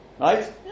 right